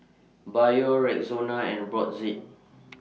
Biore Rexona and Brotzeit